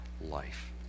life